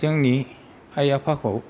जोंनि आइ आफाखौ